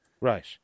Right